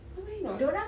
nobody knows